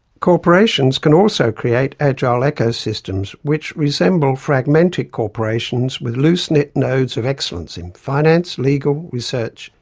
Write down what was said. corporations can also create agile ecosystems which resemble fragmented corporations with loose-knit nodes of excellence in finance, legal, research,